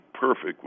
perfect